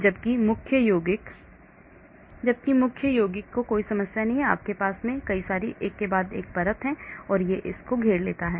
जबकि मुख्य यौगिक को कोई समस्या नहीं है क्योंकि आपने एक परत एक परत एक परत और इतने पर घेर लिया है